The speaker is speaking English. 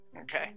Okay